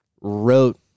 wrote